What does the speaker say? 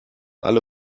alle